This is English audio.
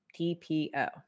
TPO